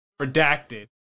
Redacted